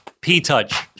P-Touch